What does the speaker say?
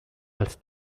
als